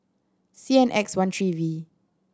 C N X one three V